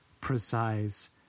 precise